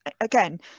again